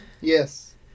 Yes